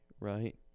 right